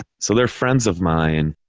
so they're friends of mine,